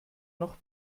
noch